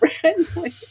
friendly